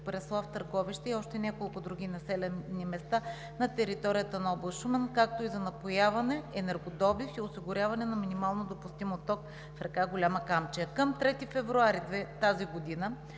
Преслав, Търговище и още няколко други населени места на територията на област Шумен, както и за напояване, енергодобив и осигуряване на минимално допустим отток в река Голяма Камчия. Към 3 февруари тази година